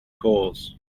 cause